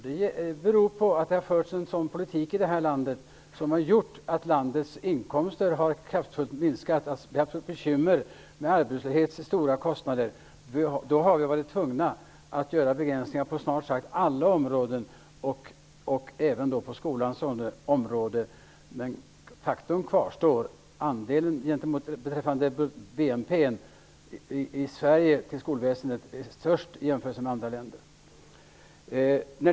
Det beror på att den politik som har förts i det här landet har gjort att landets inkomster kraftigt har minskat. Vi har haft bekymmer med arbetslöshet till stora kostnader, och vi har därför varit tvungna att göra begränsningar på snart sagt alla områden, även på skolans. Men faktum kvarstår: Skolväsendets andel av BNP är störst i Sverige i jämförelse med andra länder.